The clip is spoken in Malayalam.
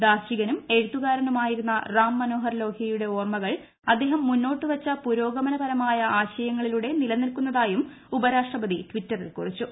ദാർശനികനും എഴുത്തുകാരനുമായിരുന്ന റാം മനോഹർ ലോഹൃയുടെ ഓർമ കൾ അദ്ദേഹം മുന്നോട്ട് വച്ച പുരോഗമനപരമായ ആശയങ്ങളിലൂടെ നില നിൽക്കുന്നതായും ഉപരാഷ്ട്രപതി ടിറ്ററിൽ കുറിച്ചു